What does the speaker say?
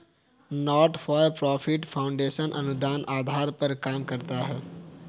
not for profit foundation अनुदान के आधार पर काम करता है